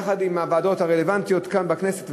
יחד עם הוועדות הרלוונטיות כאן בכנסת.